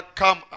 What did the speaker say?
come